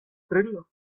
trill